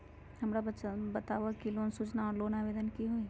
हमरा के बताव कि लोन सूचना और लोन आवेदन की होई?